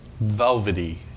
velvety